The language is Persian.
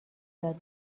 یاد